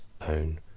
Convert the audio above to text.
own